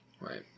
Right